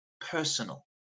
personal